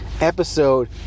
episode